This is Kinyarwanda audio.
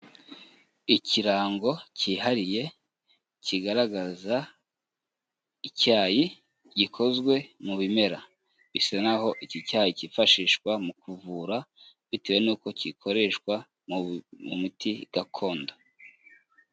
Ikirango cyihariye kigaragaza icyayi gikozwe mu bimera, bisa n'aho iki cyayi cyifashishwa mu kuvura, bitewe n'uko gikoreshwa mu muti gakondo.